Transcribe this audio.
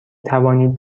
توانید